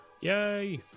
Yay